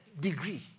degree